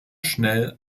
schnell